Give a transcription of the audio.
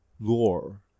lore